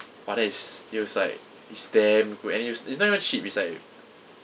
!wah! that is it was like it's damn good and it was it's not even cheap it's like